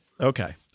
Okay